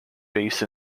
based